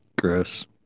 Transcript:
gross